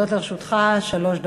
עומדות לרשותך שלוש דקות.